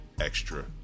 extra